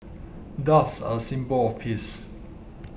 doves are a symbol of peace